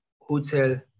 hotel